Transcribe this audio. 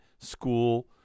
school